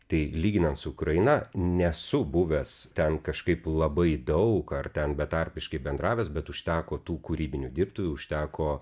tai lyginant su ukraina nesu buvęs ten kažkaip labai daug ar ten betarpiškai bendravęs bet užteko tų kūrybinių dirbtuvių užteko